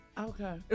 Okay